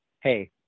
Hey